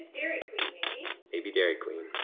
dairy queen, maybe? may be dairy queen,